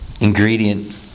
ingredient